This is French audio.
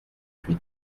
huit